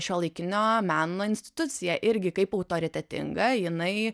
šiuolaikinio meno institucija irgi kaip autoritetinga jinai